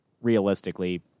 realistically